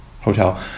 hotel